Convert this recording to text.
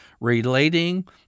relating